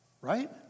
Right